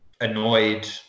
annoyed